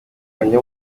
banjye